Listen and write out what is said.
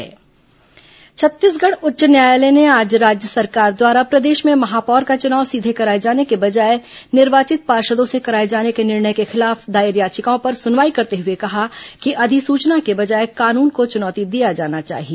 high court महापौर चुनाव छत्तीसगढ़ उच्च न्यायालय ने आज राज्य सरकार द्वारा प्रदेश में महापौर का चुनाव सीधे कराए जाने के बजाए निर्वाचित पार्षदों से कराए जाने के निर्णय के खिलाफ दायर याचिकाओं पर सुनवाई करते हुए कहा कि अधिसूचना के बजाए कानून को चुनौती दिया जाना चाहिए